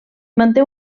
manté